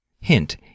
Hint